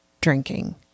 drinking